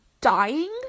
Dying